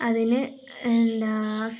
അതിന് എന്താണ്